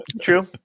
true